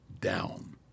down